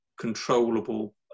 controllable